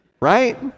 Right